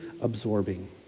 absorbing